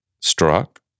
struck